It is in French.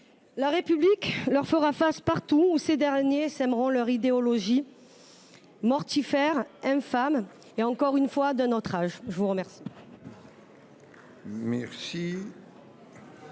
La République leur fera face partout où ces derniers sèmeront leur idéologie mortifère, infâme et, encore une fois, d’un autre âge. La parole